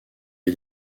est